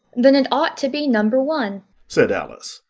then it ought to be number one said alice.